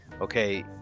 okay